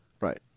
Right